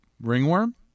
Ringworm